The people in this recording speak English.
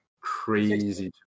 crazy